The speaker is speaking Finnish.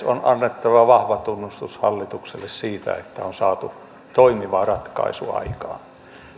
on annettava vahva tunnustus hallitukselle siitä että on saatu toimiva ratkaisu aikaan